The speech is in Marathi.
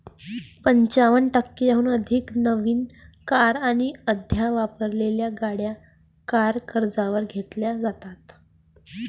पंचावन्न टक्क्यांहून अधिक नवीन कार आणि अर्ध्या वापरलेल्या गाड्या कार कर्जावर घेतल्या जातात